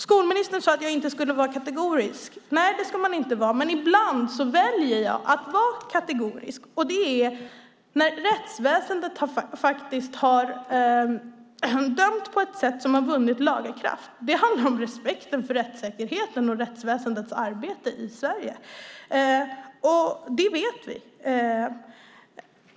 Skolministern sade att jag inte skulle vara kategorisk. Nej, det ska man inte vara, men ibland väljer jag att vara kategorisk, och det är när rättsväsendet faktiskt har dömt på ett sätt som har vunnit laga kraft. Det handlar om respekten för rättssäkerheten och rättsväsendets arbete i Sverige. Det här vet vi.